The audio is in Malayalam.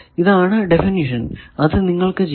ഇതാണ് ഡെഫിനിഷൻ അത് നിങ്ങൾക്കു ചെയ്യാം